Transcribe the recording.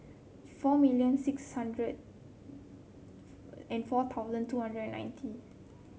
four million six hundred and four thousand two hundred and ninety